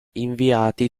inviati